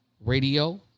radio